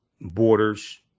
borders